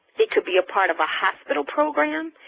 it can be a part of a hospital program.